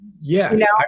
Yes